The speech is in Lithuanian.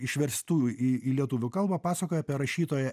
išverstų į į lietuvių kalbą pasakoja apie rašytoją